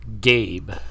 Gabe